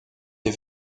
des